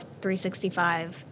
365